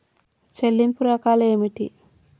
చెల్లింపు రకాలు ఏమిటి?